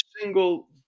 single